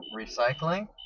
Recycling